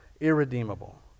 irredeemable